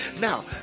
Now